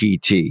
PT